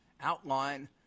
outline